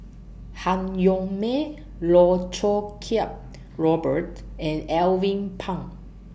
Han Yong May Loh Choo Kiat Robert and Alvin Pang